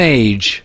age